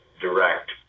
direct